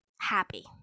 happy